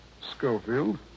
Schofield